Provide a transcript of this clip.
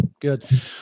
Good